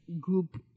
group